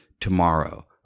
tomorrow